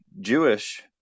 jewish